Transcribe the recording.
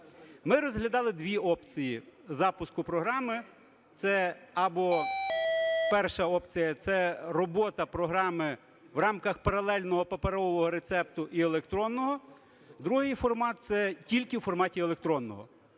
Ми розглядали дві опції запуску програми. Це, або перша опція – це робота програми в рамках паралельного паперового рецепту і електронного. Другий формат – це тільки в форматі електронного.